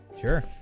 Sure